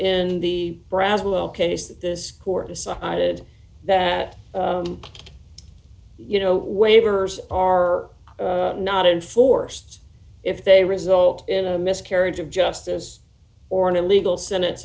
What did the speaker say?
in the browse well case that this court decided that you know waivers are not enforced if they result in a miscarriage of justice or an illegal senate